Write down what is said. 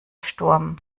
sturm